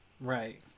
Right